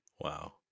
Wow